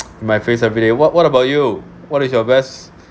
my face everyday what what about you what is your best